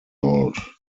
old